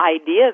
idea